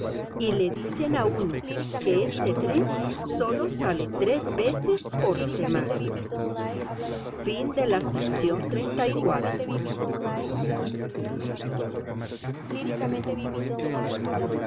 y le dicen a uno que este tren sólo sale tres veces por semana xv